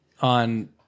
On